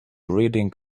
reading